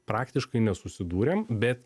praktiškai nesusidūrėm bet